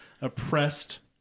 oppressed